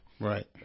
Right